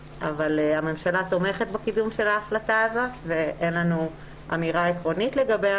הממשלה תומכת בקידום ההחלטה הזאת ואין לנו אמירה עקרונית לגביה,